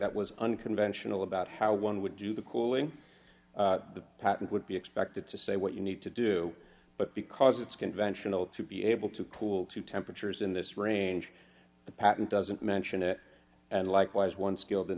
was unconventional about how one would do the cooling the patent would be expected to say what you need to do but because it's conventional to be able to cool to temperatures in this range the patent doesn't mention it and likewise one skilled in